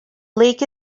lake